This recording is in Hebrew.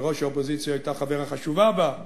שראש האופוזיציה היתה חברה חשובה בה,